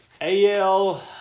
Al